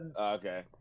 okay